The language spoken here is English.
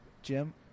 Jim